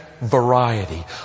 variety